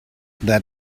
that